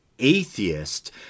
atheist